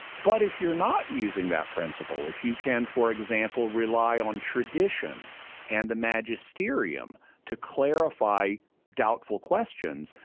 but if you are not using that principle, if you can, for example, rely on tradition and the magisterium to clarify doubtful questions,